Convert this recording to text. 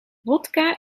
wodka